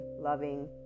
loving